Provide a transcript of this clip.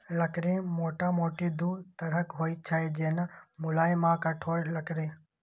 लकड़ी मोटामोटी दू तरहक होइ छै, जेना, मुलायम आ कठोर लकड़ी